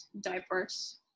diverse